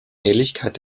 helligkeit